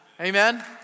Amen